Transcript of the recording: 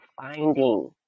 finding